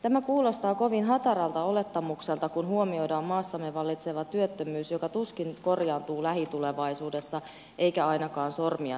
tämä kuulostaa kovin hataralta olettamukselta kun huomioidaan maassamme vallitseva työttömyys joka tuskin korjaantuu lähitulevaisuudessa eikä ainakaan sormia napsauttamalla